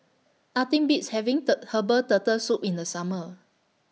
Nothing Beats having Herbal Turtle Soup in The Summer